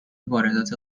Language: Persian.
واردات